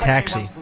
Taxi